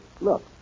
Look